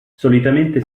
solitamente